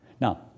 Now